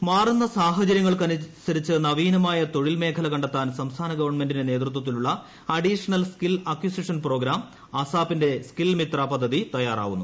ASAP intro ി മാറുന്ന സാഹചര്യങ്ങൾക്കനുസരിച്ച് നവീനമായ തൊഴിൽ മേഖല കണ്ടെത്താൻ സംസ്ഥാന ഗവൺമെന്റിന്റെ നേതൃത്വത്തിലുള്ള അഡീഷണൽ സ്കിൽ അക്വിസിഷൻ പ്രോഗ്രാം അസാപിന്റെ സ്കിൽ മിത്ര പദ്ധതി തയ്യാറാവുന്നു